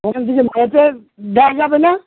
ওখান থেকে নেটের দেওয়া যাবে না